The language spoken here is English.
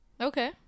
okay